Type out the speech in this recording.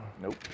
Nope